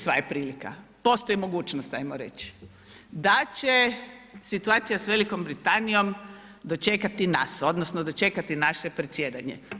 Sva je prilika, postoji mogućnost ajmo reći da će situacija sa Velikom Britanijom dočekati nas odnosno dočekati naše predsjedanje.